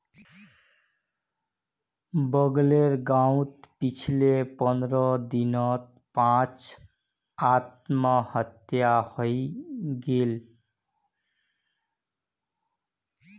बगलेर गांउत पिछले पंद्रह दिनत पांच आत्महत्या हइ गेले